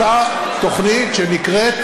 אותה תוכנית שנקראת